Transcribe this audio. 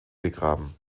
begraben